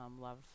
love